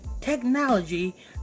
technology